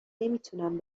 نمیتونم